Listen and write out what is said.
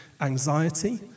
anxiety